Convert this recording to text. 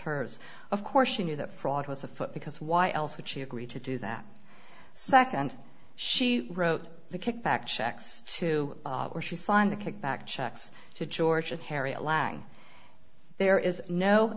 hers of course she knew that fraud was afoot because why else would she agree to do that second she wrote the kickback checks to where she signed the kickback checks to george and harry a lacking there is no